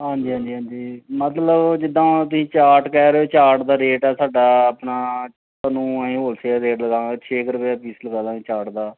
ਹਾਂਜੀ ਹਾਂਜੀ ਹਾਂਜੀ ਮਤਲਬ ਜਿੱਦਾਂ ਤੁਸੀਂ ਚਾਰਟ ਕਹਿ ਰਹੇ ਹੋ ਚਾਰਟ ਦਾ ਰੇਟ ਹੈ ਸਾਡਾ ਆਪਣਾ ਤੁਹਾਨੂੰ ਇਹ ਹੋਲਸੇਲ ਰੇਟ ਲਗਾਵਾਂਗੇ ਛੇ ਕੁ ਰੁਪਏ ਦਾ ਪੀਸ ਲਗਾ ਦੇਵਾਂਗੇ ਚਾਟ ਦਾ